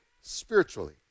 spiritually